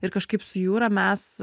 ir kažkaip su jūra mes